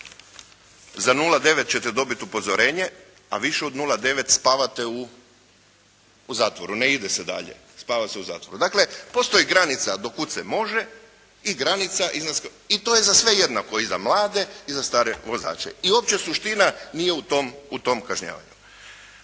za 0,9 ćete dobiti upozorenje a više od 0,9 spavate u zatvoru, ne ide se dalje, spava se u zatvoru. Dakle, postoji granica do kuda se može i to je za sve jednake i za mlade i za stare vozače, i uopće suština nije u tom kažnjavanju.